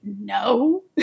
no